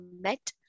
met